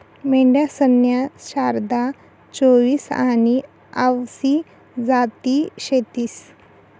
मेंढ्यासन्या शारदा, चोईस आनी आवसी जाती शेतीस